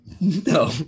no